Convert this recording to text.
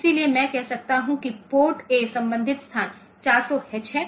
इसलिए मैं कह सकता हूं कि पोर्ट A संबंधित स्थान 400H है